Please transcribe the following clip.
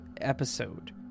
episode